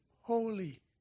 holy